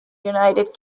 united